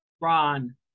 Ron